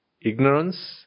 ignorance